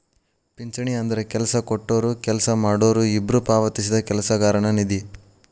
ಪಿಂಚಣಿ ಅಂದ್ರ ಕೆಲ್ಸ ಕೊಟ್ಟೊರು ಕೆಲ್ಸ ಮಾಡೋರು ಇಬ್ಬ್ರು ಪಾವತಿಸಿದ ಕೆಲಸಗಾರನ ನಿಧಿ